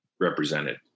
represented